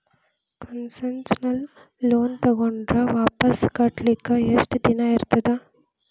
Concessional loan ತಗೊಂಡ್ರ್ ವಾಪಸ್ ಕಟ್ಲಿಕ್ಕೆ ಯೆಷ್ಟ್ ದಿನಾ ಇರ್ತದ?